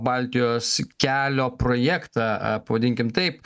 baltijos kelio projektą pavadinkim taip